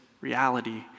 reality